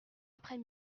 après